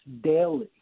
daily